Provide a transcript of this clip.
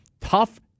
Tough